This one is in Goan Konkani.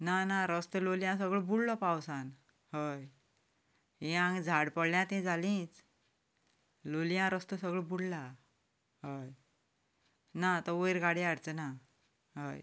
ना ना रस्तो लोलयां सगळो बुडलो पावसांत हय हीं हांगा झाडां पडल्या तीं जालींच लोलयां रस्तो सगळो बुडला हय ना तो वयर गाडी हाडचो ना हय